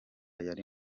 yari